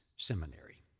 seminary